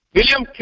William